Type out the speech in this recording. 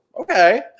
okay